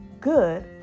good